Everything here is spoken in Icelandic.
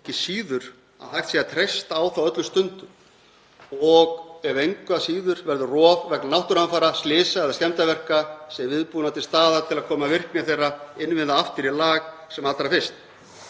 ekki síður að hægt sé að treysta á það öllum stundum. Ef engu að síður verður rof vegna náttúruhamfara, slysa eða skemmdarverka þá sé viðbúnaður til staðar til að koma virkni þeirra innviða aftur í lag sem allra fyrst.